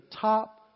top